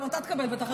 גם אתה תקבל בטח,